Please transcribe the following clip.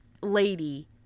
lady